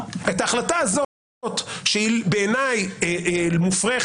את ההחלטה הזאת שבעיניי היא מופרכת,